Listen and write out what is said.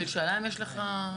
אבל היא שאלה אם יש לך הערות.